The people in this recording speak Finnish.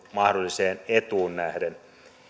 mahdolliseen saavutettuun etuun nähden